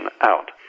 out